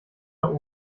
der